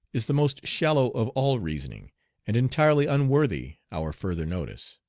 is the most shallow of all reasoning and entirely unworthy our further notice.